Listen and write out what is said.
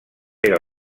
era